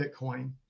Bitcoin